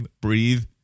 breathe